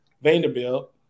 Vanderbilt